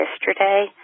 yesterday